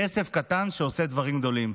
כסף קטן שעושה דברים גדולים.